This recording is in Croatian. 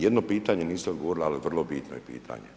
Jedno pitanje niste odgovorili, ali vrlo bitno je pitanje.